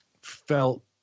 felt